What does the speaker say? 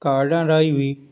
ਕਾਰਡਾਂ ਰਾਹੀਂ ਵੀ